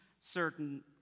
certain